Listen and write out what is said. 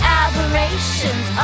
aberrations